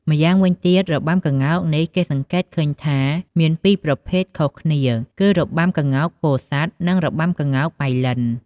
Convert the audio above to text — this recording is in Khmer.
ម្យ៉ាងវិញទៀតរបាំក្ងោកនេះគេសង្កេតឃើញថាមានពីរប្រភេទខុសគ្នាគឺរបាំក្ងោកពោធិ៍សាត់ និងរបាំក្ងោកប៉ៃលិន។